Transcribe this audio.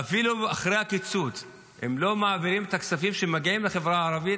אפילו אחרי הקיצוץ הם לא מעבירים את הכספים שמגיעים לחברה הערבית,